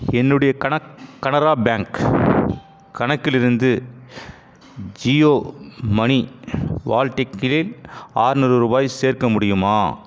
என்னுடைய கனக் கனரா பேங்க் கணக்கிலிருந்து ஜியோமனி வால்டிக்கில் ஆறுநூறு ருபாய் சேர்க்க முடியுமா